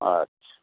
আচ্ছা